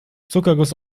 zuckerguss